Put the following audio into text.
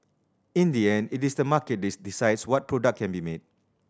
in the end it is the market this decides what product can be made